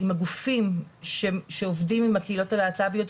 הגופים שעובדים עם הקהילות הלהט"ביות,